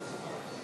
התוצאות: